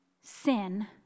sin